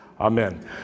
Amen